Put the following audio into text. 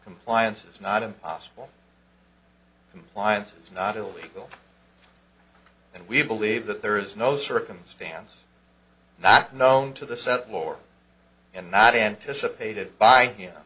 compliance is not impossible compliance is not illegal and we believe that there is no circumstance not known to the senate floor and not anticipated by